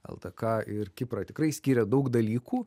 el d ka ir kiprą tikrai skyrė daug dalykų